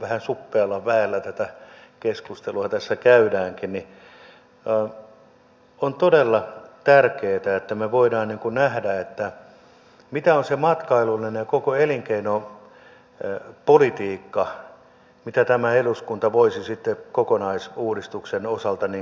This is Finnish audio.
vähän suppealla väellä tätä keskustelua tässä käydäänkin että on todella tärkeätä että me voimme nähdä mitä on se matkailullinen ja koko elinkeinopolitiikka mitä tämä eduskunta voisi sitten kokonaisuudistuksen osalta tehdä